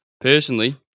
Personally